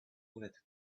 bullet